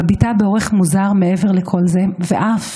מביטה באורח מוזר מעבר לכל זה ואף,